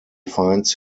finds